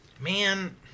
man